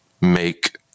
make